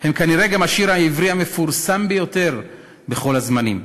הן כנראה גם השיר העברי המפורסם ביותר בכל הזמנים.